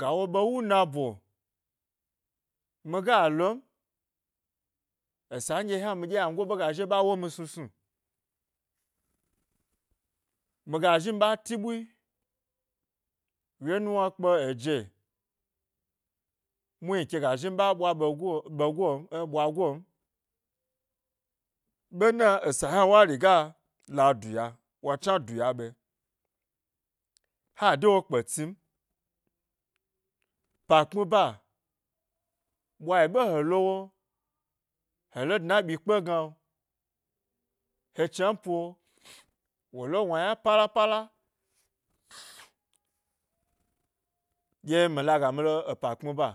ga wo ɓewu nabo miga lom esa nɗye hna mi ɗye yangp ɓe ga zhiwo ɓa womi snu snu, miga zhi mi ɓa ti bui wyernuwna kpe eje muhni ke miga zhi miɓwa ɓego, ɓego eh ɓwagom ɓena esa hna wa riga la duya, wa dnna duya ɓe ha dewo kpe tsin, pa kpmiba, ɓwayi ɓe he lowo helo dna ɓyikpe gna he chnanpo wolo wna yna pala pala ɗye milaga mi lopa kpmi ba